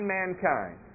mankind